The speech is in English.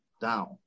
down